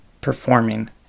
performing